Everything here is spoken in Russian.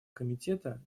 комитета